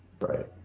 Right